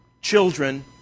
children